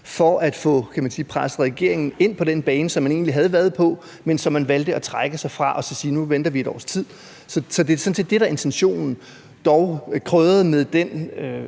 man sige, presset regeringen ind på den bane, som man egentlig havde været på, men som man valgte at trække sig fra og så sige: Nu venter vi et års tid. Så det er sådan set det, der er intentionen, dog krydret med den